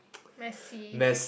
let's see